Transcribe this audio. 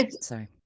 sorry